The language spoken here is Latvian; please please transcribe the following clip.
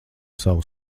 savu